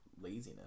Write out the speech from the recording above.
laziness